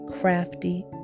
crafty